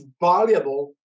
valuable